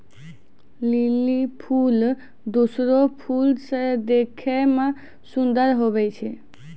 lily फूल दोसरो फूल से देखै मे सुन्दर हुवै छै